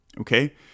okay